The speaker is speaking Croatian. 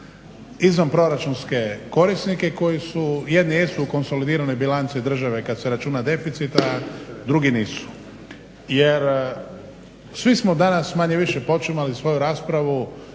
izvanproračunske korisnike koji su jedni jesu u konsolidiranoj bilanci države kada se računa deficit a drugi nisu. Jer svi smo danas manje-više počinjali svoju raspravu